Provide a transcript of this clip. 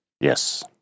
Yes